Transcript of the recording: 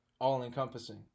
all-encompassing